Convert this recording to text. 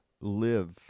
live